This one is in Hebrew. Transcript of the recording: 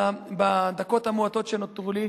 בדקות המעטות שנותרו לי.